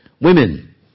Women